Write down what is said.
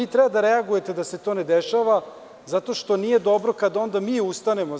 Vi treba da reagujete da se to ne dešava, zato što nije dobro kada onda mi ustanemo.